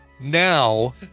now